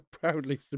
Proudly